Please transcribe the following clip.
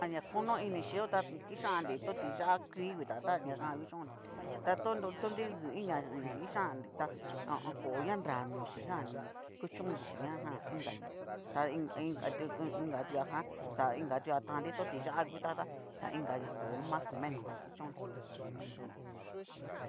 Ña kono inixhiyo ta kixannri, to ti ya'a kui'i huta ta ñajan kuchónnri, ta tonro tu nri ngu iin ña-ña kixannri ta ha a an. koo'o ña nra noxhijanni kuchónnri chin ñajan inkaña ta in- in inkatu ho o on inkatuajan xa ingatua tannri, to ti yá'a nguta tá, xa ingaña koo'o mas o menos jan kuchónnri u jum.